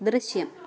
ദൃശ്യം